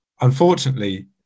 Unfortunately